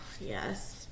yes